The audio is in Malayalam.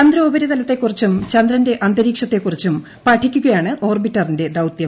ചന്ദ്രോപരിതലത്തെക്കുറിച്ചും ചന്ദ്രന്റെ അന്തരീക്ഷത്തെ കുറിച്ചും പഠിക്കുകയാണ് ഓർബിറ്ററിന്റെ ദൌത്യം